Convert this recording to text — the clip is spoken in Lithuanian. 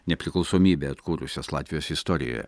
nepriklausomybę atkūrusios latvijos istorijoje